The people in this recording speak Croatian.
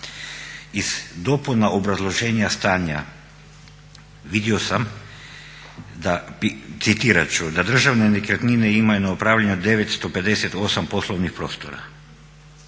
Iz dopuna obrazloženja stanja vidio sam, citirat ću, da državne nekretnine imaju na upravljanje 958 poslovnih prostora.